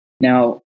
Now